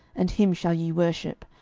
and him shall ye worship,